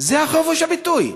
זה חופש הביטוי.